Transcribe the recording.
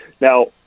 Now